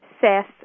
Seth